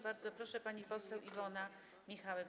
Bardzo proszę, pani poseł Iwona Michałek.